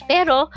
Pero